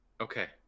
Okay